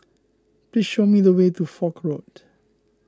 please show me the way to Foch Road